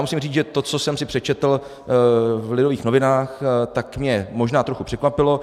Musím říct, že to, co jsem si přečetl v Lidových novinách, mě možná trochu překvapilo.